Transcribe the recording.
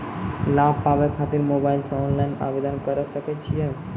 लाभ पाबय खातिर मोबाइल से ऑनलाइन आवेदन करें सकय छियै?